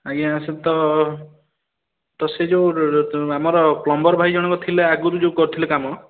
ଆଜ୍ଞା ସେଇଠି ତ ସେହି ଯେଉଁ ଆମର ପ୍ଲମ୍ବର୍ ଭାଇ ଜଣକ ଥିଲା ଆଗରୁ ଯେଉଁ କରିଥିଲେ କାମ